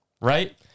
right